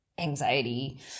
anxiety